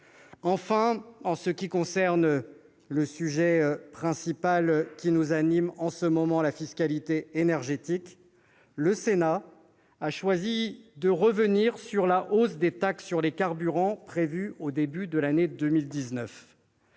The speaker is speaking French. Enfin, en ce qui concerne le sujet principal qui nous occupe en ce moment, celui de la fiscalité énergétique, le Sénat a choisi de revenir sur la hausse des taxes sur les carburants prévue au début de l'année 2019.